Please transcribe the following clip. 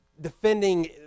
defending